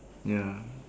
ya